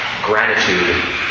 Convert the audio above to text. Gratitude